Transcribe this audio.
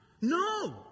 No